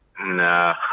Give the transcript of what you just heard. Nah